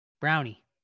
brownie